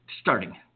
starting